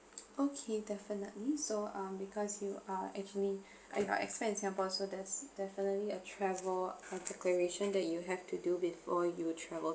okay definitely so uh because you are actually you're an expat in singapore so there's definitely a travel or declaration that you have to do before you travel